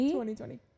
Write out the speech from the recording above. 2020